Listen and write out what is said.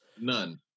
None